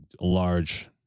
large